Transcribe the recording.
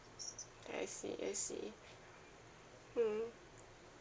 I see I see mm